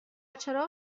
چراغ